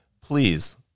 please